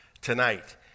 tonight